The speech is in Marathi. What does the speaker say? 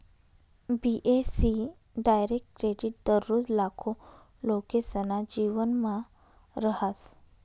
बी.ए.सी डायरेक्ट क्रेडिट दररोज लाखो लोकेसना जीवनमा रहास